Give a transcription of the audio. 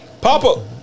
Papa